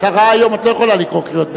את שרה היום, את לא יכולה לקרוא קריאות ביניים.